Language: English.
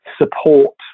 support